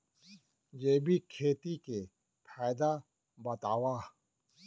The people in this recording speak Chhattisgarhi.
जैविक खेती के फायदा बतावा?